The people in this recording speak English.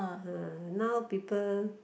[huh] now people